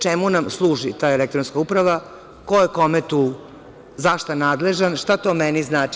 Čemu nam služi ta elektronska uprava, ko je kome tu za šta nadležan, šta to meni znači?